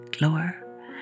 lower